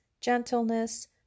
gentleness